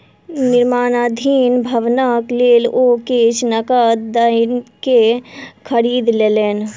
निर्माणाधीन भवनक लेल ओ किछ नकद दयके खरीद लेलैन